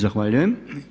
Zahvaljujem.